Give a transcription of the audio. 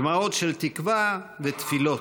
דמעות של תקווה ותפילות,